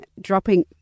dropping